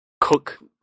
cook